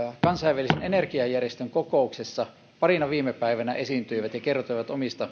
kansainvälisen energiajärjestön kokouksessa parina viime päivänä esiintyivät ja kertoivat omista